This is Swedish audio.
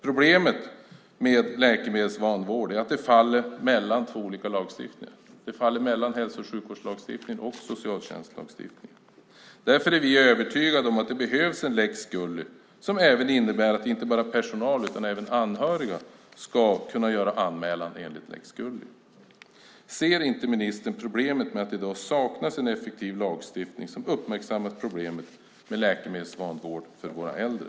Problemet med läkemedelsvanvård är att det faller mellan två olika lagstiftningar: hälso och sjukvårdslagen och socialtjänstlagen. Därför är vi övertygade om att det behövs en lex Gulli som innebär att inte bara personal utan även anhöriga ska kunna göra dessa anmälningar. Ser inte ministern problemet med att det i dag saknas en effektiv lagstiftning som uppmärksammar problemet med läkemedelsvanvård för våra äldre?